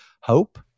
hope